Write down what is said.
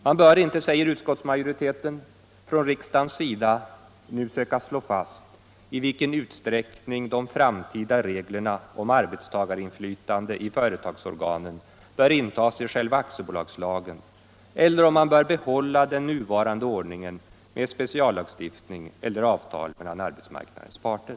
Man bör inte, säger Nr 44 utskottsmajoriteten, från riksdagens sida nu söka slå fast i vilken ut Fredagen den sträckning de framtida reglerna om arbetstagarinflytande i företagsor 12 december 1975 ganen bör intas i själva aktiebolagslagen eller om man bör behålla den = nuvarande ordningen med speciallagstiftning eller avtal mellan arbets — Ny aktiebolagslag, marknadens parter.